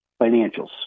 financials